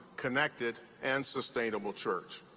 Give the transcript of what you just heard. connected and sustainable church.